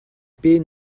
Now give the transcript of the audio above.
paye